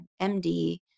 MD